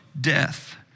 Death